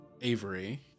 Avery